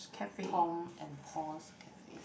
Tom and Paul's cafe